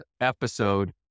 episode